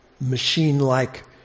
machine-like